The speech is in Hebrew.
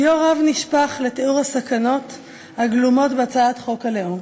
דיו רב נשפך לתיאור הסכנות הגלומות בהצעת חוק הלאום.